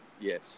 Yes